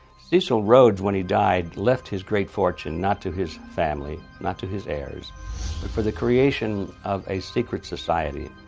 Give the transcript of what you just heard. cecil rhodes, when he died, left his great fortune not to his family, not to his heirs, but for the creation of a secret society.